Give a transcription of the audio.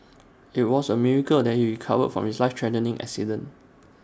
IT was A miracle that he recovered from his life threatening accident